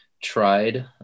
tried